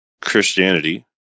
Christianity